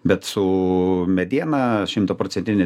bet su mediena šimtaprocentinė